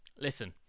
Listen